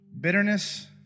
bitterness